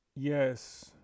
yes